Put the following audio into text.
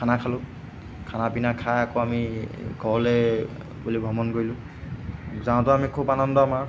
খানা খালো খানা পিনা খাই আকৌ আমি ঘৰলৈ বুলি ভ্ৰমণ কৰিলো যাওঁতেও আমি খুব আনন্দ আমাৰ